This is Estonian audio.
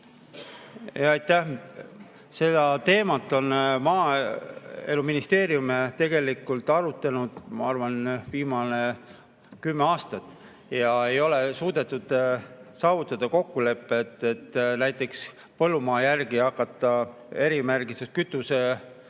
Aitäh! Seda teemat on Maaeluministeerium tegelikult arutanud, ma arvan, viimased kümme aastat. Aga ei ole suudetud saavutada kokkulepet, et näiteks põllumaa järgi hakata [arvestama], kui